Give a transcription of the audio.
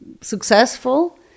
successful